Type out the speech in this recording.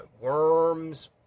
worms